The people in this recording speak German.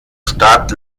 stadt